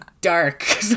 dark